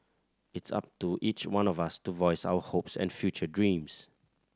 it's up to each one of us to voice our hopes and future dreams